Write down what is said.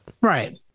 Right